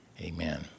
amen